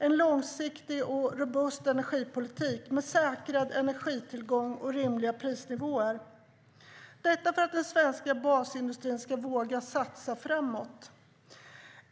En långsiktig och robust energipolitik med säkrad energitillgång och rimliga prisnivåer behövs för att den svenska basindustrin ska våga satsa framåt.